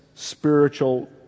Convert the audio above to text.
spiritual